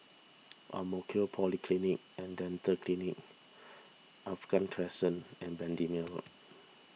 Ang Mo Kio Polyclinic and Dental Clinic Alkaff Crescent and Bendemeer Road